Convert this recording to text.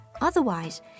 Otherwise